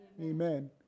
Amen